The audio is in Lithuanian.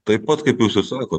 taip pat kaip jūs ir sakot